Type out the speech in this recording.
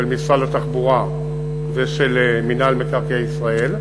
של משרד התחבורה ושל מינהל מקרקעי ישראל.